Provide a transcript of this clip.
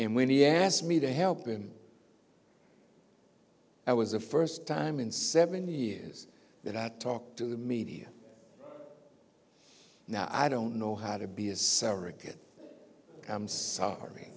and when he asked me to help him i was the first time in seven years that i talk to the media now i don't know how to be a surrogate i'm sorry